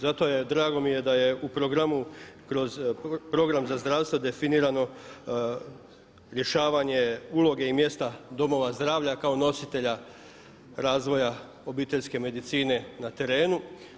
Zato mi je drago da je u programu kroz program za zdravstvo definirano rješavanje uloge i mjesta domova zdravlja kao nositelja razvoja obiteljske medicine na terenu.